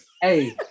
Hey